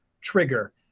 trigger